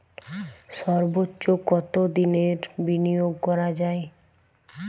সর্বোচ্চ কতোদিনের বিনিয়োগ করা যায়?